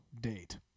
date